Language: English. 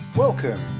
Welcome